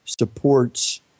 supports